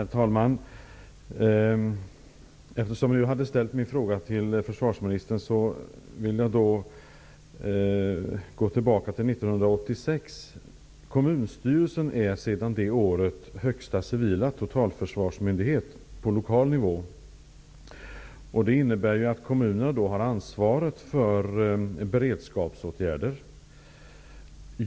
Herr talman! Eftersom jag hade ställt min fråga till försvarsministern vill jag gå tillbaka till 1986. Kommunstyrelsen är sedan det året högsta civila totalförsvarsmyndighet på lokal nivå. Det innebär att kommunerna har ansvaret för beredskapsåtgärder.